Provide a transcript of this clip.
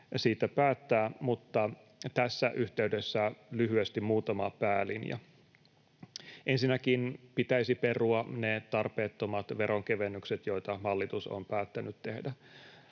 siitä päättää, mutta tässä yhteydessä lyhyesti muutama päälinja. Ensinnäkin pitäisi perua ne tarpeettomat veronkevennykset, joita hallitus on päättänyt tehdä.